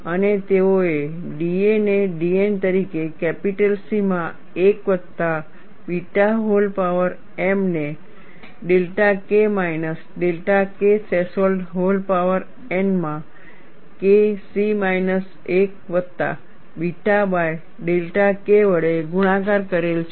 અને તેઓએ da ને dN તરીકે કેપિટલ C માં 1 વત્તા બીટા વ્હોલ પાવર m ને delta K minus delta K threshold whole power n માં K c માઇનસ 1 વત્તા બીટા બાય ડેલ્ટા K વડે ગુણાકાર કરેલ છે